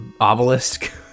obelisk